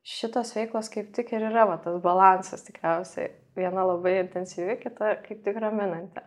šitos veiklos kaip tik ir yra va tas balansas tikriausiai viena labai intensyvi kita kaip tik raminanti